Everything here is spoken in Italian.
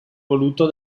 voluto